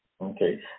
Okay